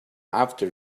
after